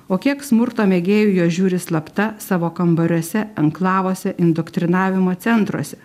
o kiek smurto mėgėjų juos žiūri slapta savo kambariuose anklavuose indoktrinavimo centruose